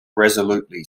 resolutely